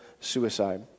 suicide